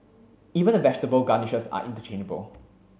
even the vegetable garnishes are interchangeable